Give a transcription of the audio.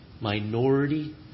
Minority